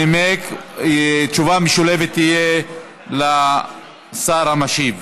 תשובה משולבת תהיה לשר המשיב,